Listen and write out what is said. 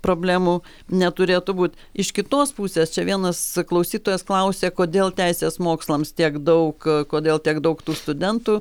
problemų neturėtų būt iš kitos pusės čia vienas klausytojas klausė kodėl teisės mokslams tiek daug kodėl tiek daug tų studentų